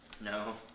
No